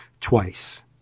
twice